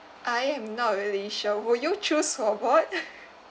I am not really sure will you choose robot